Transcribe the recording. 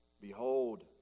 Behold